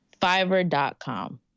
Fiverr.com